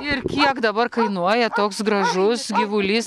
ir kiek dabar kainuoja toks gražus gyvulys